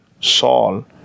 Saul